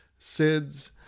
SIDS